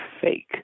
fake